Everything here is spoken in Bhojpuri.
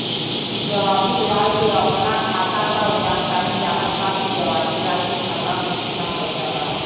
जवाहिर लाल के अपना खाता का जानकारी चाहत बा की जवाहिर लाल के खाता में कितना पैसा बा?